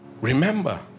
Remember